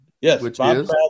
Yes